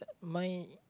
my